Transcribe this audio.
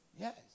Yes